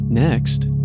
Next